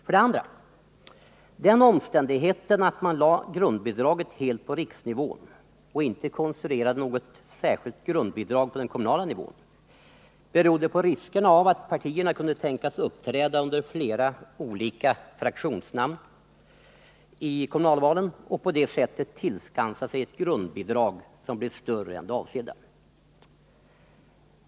För det andra: Den omständigheten att man lade grundbidraget helt på riksnivån, och inte konstruerade något särskilt grundbidrag på den kommunala nivån, berodde på riskerna för att partierna kunde tänkas uppträda under flera olika fraktionsnamn i kommunalvalen och på det sättet tillskansa sig större grundbidrag än det avsedda.